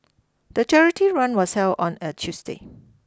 the charity run was held on a Tuesday